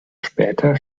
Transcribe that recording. später